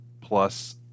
Plus